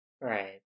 right